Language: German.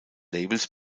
labels